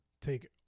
take